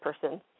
person